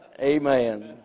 Amen